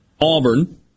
Auburn